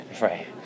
Right